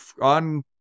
on